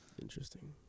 Interesting